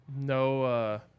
no